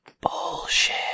bullshit